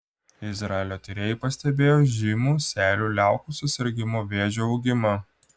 izraelio tyrėjai pastebėjo žymų seilių liaukų susirgimo vėžiu augimą